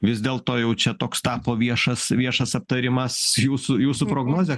vis dėlto jau čia toks tapo viešas viešas aptarimas jūsų jūsų prognozė